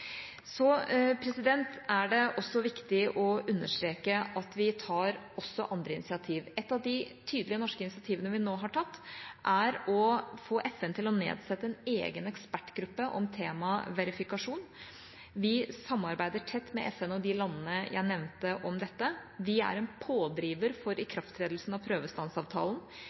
Det er viktig å understreke at vi også tar andre initiativ. Et av de tydelige norske initiativene vi nå har tatt, er å få FN til å nedsette en egen ekspertgruppe om temaet verifikasjon. Vi samarbeider tett med FN og de landene jeg nevnte, om dette. Vi er en pådriver for ikrafttredelsen av